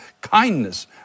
kindness